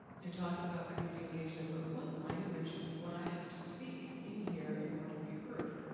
you're talking about community engagement, but what language would i have to speak in here in order to be heard?